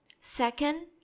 Second